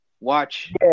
Watch